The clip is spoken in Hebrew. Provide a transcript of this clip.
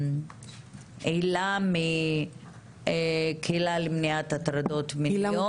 הילה מוצפי, הקהילה למניעת הטרדות מיניות